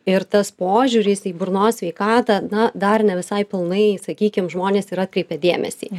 ir tas požiūris į burnos sveikatą na dar ne visai pilnai sakykim žmonės ir atkreipia dėmesį